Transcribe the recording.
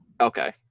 Okay